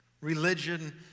Religion